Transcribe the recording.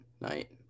night